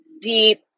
deep